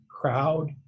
crowd